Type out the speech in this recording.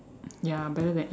ya better than empty